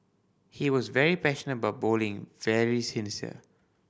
he was very passionate about bowling very sincere